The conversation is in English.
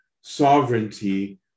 sovereignty